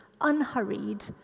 unhurried